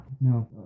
No